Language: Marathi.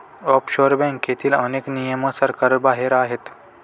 ऑफशोअर बँकेतील अनेक नियम सरकारबाहेर आहेत